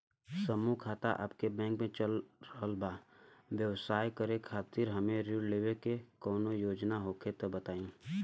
समूह खाता आपके बैंक मे चल रहल बा ब्यवसाय करे खातिर हमे ऋण लेवे के कौनो योजना होखे त बताई?